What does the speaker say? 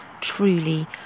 truly